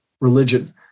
Religion